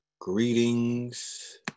Greetings